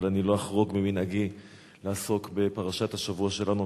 אבל אני לא אחרוג ממנהגי לעסוק בפרשת השבוע שלנו.